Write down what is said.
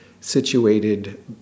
situated